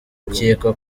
bikekwa